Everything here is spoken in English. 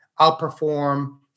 outperform